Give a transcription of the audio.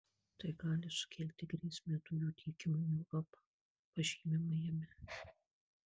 tai gali sukelti grėsmę dujų tiekimui į europą pažymima jame